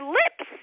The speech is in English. lips